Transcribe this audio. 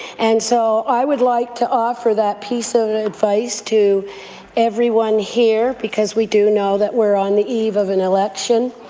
and so i would like to offer that piece of advice to everyone here, because we do know that we're on the eve of an election,